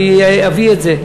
אני אביא את זה.